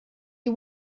you